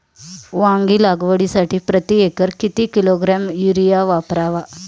वांगी लागवडीसाठी प्रती एकर किती किलोग्रॅम युरिया वापरावा?